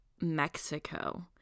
Mexico